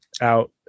out